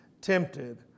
tempted